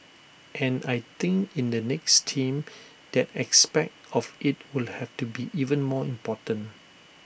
and I think in the next team that aspect of IT will have to be even more important